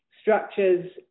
structures